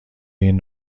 این